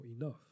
enough